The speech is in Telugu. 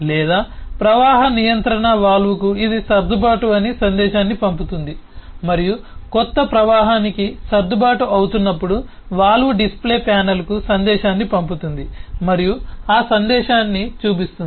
లేదా ప్రవాహ నియంత్రణ వాల్వ్కు ఇది సర్దుబాటు అని సందేశాన్ని పంపుతుంది మరియు కొత్త ప్రవాహానికి సర్దుబాటు అవుతున్నప్పుడు వాల్వ్ డిస్ప్లే ప్యానల్కు సందేశాన్ని పంపుతుంది మరియు ఆ సందేశాన్ని చూపిస్తుంది